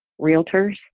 realtors